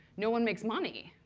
no one makes money.